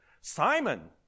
Simon